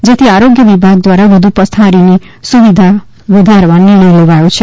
જેથી આરોગ્ય વિભાગ દ્વારા વધુ પથારીની સુવિધા વધારવા નિર્ણય લેવાયો છે